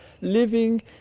Living